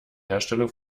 herstellung